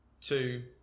two